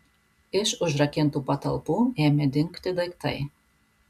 iš užrakintų patalpų ėmė dingti daiktai